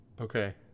Okay